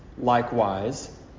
likewise